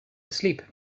asleep